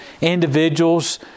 individuals